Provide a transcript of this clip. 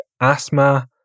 asthma